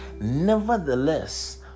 Nevertheless